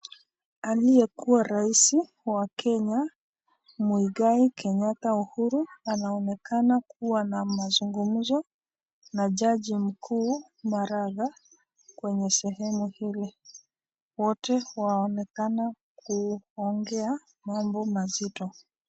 Aliyekuwa rais ya keny Mugai Kenyatta uhuru anaonekana kuwa na mazungumzo na jaji mkuu Maraga, kwenye sehemu hili, wote wanaonekana kuongea mambo mazito.